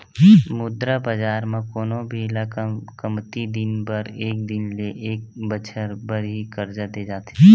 मुद्रा बजार म कोनो भी ल कमती दिन बर एक दिन ले एक बछर बर ही करजा देय जाथे